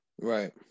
Right